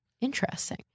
Interesting